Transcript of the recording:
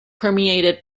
permeated